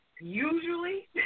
usually